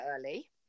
early